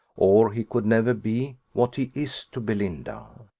or he could never be what he is to belinda.